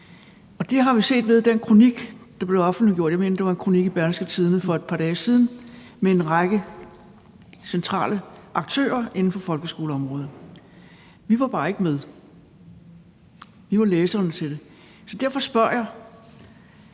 Det har vi set med den kronik, der blev offentliggjort – jeg mener, det var en kronik i Berlingske Tidende for et par dage siden – der var skrevet af en række centrale aktører inden for folkeskoleområdet. Vi var bare ikke med. Vi var læserne til det. Så derfor spørger jeg,